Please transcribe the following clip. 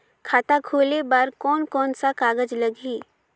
खाता खुले बार कोन कोन सा कागज़ लगही?